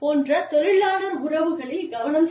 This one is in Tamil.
போன்ற தொழிலாளர் உறவுகளில் கவனம் செலுத்துங்கள்